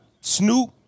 Snoop